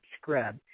scrub